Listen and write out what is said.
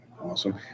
awesome